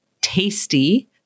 tasty